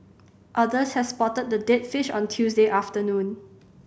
others had spotted the dead fish on Tuesday afternoon